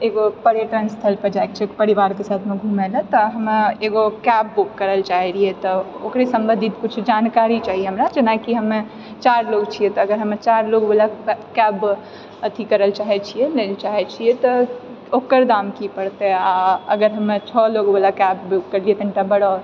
एगो पर्यटन स्थल पर जाएके छै परिवारके साथ हमे एगो कैब बुक करए लए चाहए रहिऐ तऽ तऽ ओकरे सम्बंधित किछु जानकारी चाही हमरा जेनाकि हमे चारि लोग छिऐ तऽ अगर हमे चारि लोग वला कैब अथी करए लए चाहए छिऐ लए लऽ चाहए छिऐ तऽ ओकर दाम की परतए आ अगर हमे छओ लोग वला कैब बुक करिऐ कनिटा बड़ा